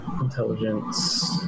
Intelligence